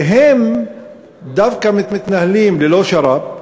והם דווקא מתנהלים ללא שר"פ,